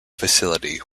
facility